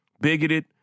bigoted